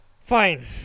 Fine